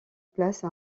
place